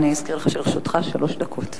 אני רק אזכיר לך שלרשותך שלוש דקות.